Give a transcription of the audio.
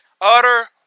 utter